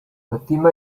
fatima